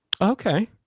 Okay